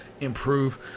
improve